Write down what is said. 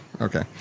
okay